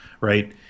right